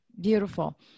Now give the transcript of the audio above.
Beautiful